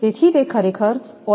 તેથી તે ખરેખર ઓઇલ ડક્ટ છે